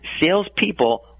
salespeople